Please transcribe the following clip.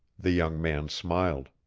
the young man smiled.